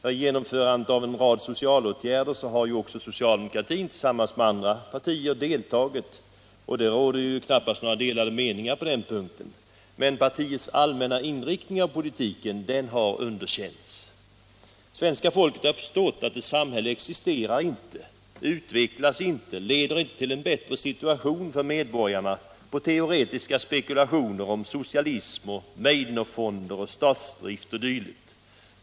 I genomförandet av en rad socialåtgärder har också socialdemokratin tillsammans med andra partier deltagit, och det råder knappast några delade meningar på den punkten. Men partiets allmänna inriktning av politiken har underkänts. Svenska folket har förstått att ett samhälle existerar inte, utvecklas inte, leder inte till en bättre situation för medborgarna på teoretiska spekulationer om socialism, Meidnerfonder, statsdrift o. d.